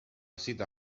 cita